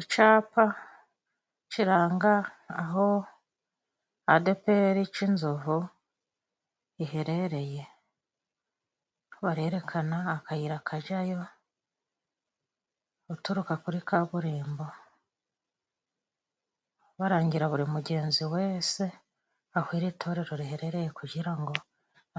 Icapa ciranga aho adeperi Cinzovu iherereye. Barerekana akayira kajayo uturuka kuri kaburimbo barangira buri mugenzi wese aho iri torero riherereye kugirango